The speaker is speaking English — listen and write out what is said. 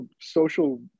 social